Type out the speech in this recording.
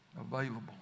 available